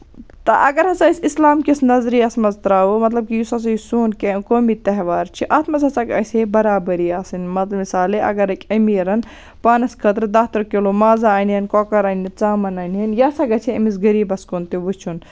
تہٕ اَگر ہسا أسۍ اِسلام کِس نَظریَس منٛز تراوو مطلب کہِ یُس ہسا یہِ سون کیٚنٛہہ قومی تہوار چھِ اَتھ منٛز ہسا گژھِ ہے برابٔرِی آسٕنۍ مسالے اگر أکۍ أمیٖرن پانَس خٲطرٕ دہ ترٕہ کِلو مازا اَنے کۄکر اَنے ژامَن اَنے یہِ سا گژھِ ہا أمِس غریٖبَس کُن تہِ وُچھُن